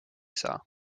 saa